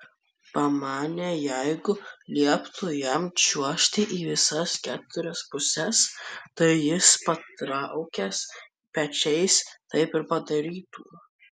pamanė jeigu lieptų jam čiuožti į visas keturias puses tai jis patraukęs pečiais taip ir padarytų